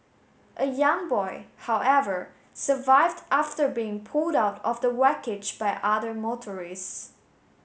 a young boy however survived after being pulled out of the by other motorists